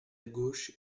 gauche